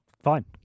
fine